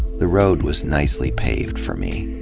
the road was nicely paved for me.